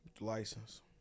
License